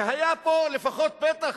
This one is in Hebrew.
והיה פה לפחות פתח